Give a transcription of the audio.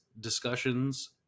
discussions